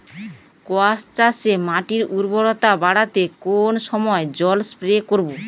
কোয়াস চাষে মাটির উর্বরতা বাড়াতে কোন সময় জল স্প্রে করব?